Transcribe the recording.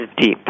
deep